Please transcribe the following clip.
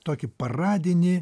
tokį paradinį